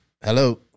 Hello